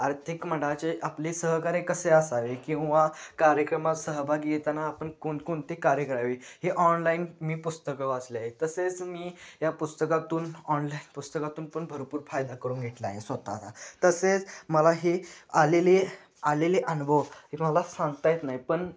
आर्थिक मंडळाचे आपले सहकार्य कसे असावे किंवा कार्यक्रमात सहभागी येताना आपण कोण कोणते कार्य करावे हे ऑनलाईन मी पुस्तकं वाचले आहे तसेच मी या पुस्तकातून ऑनलाईन पुस्तकातून पण भरपूर फायदा करून घेतला आहे स्वत ला तसेच मला हे आलेले आलेले अनुभव हे मला सांगता येत नाई पण